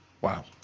Wow